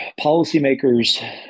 policymakers